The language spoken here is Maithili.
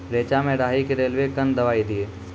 रेचा मे राही के रेलवे कन दवाई दीय?